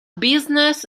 business